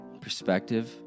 perspective